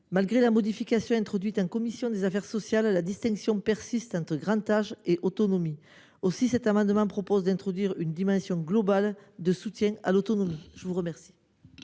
Malgré la modification introduite en commission des affaires sociales, la distinction persiste entre grand âge et autonomie. Aussi, cet amendement vise à introduire une dimension globale de soutien à l’autonomie. L’amendement